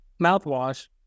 mouthwash